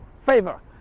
favor